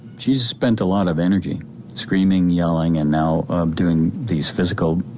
she's spent a lot of energy screaming, yelling and now doing these physical